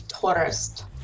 tourist